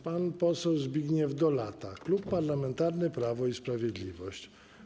Pan poseł Zbigniew Dolata, Klub Parlamentarny Prawo i Sprawiedliwość.